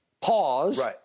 pause